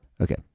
Okay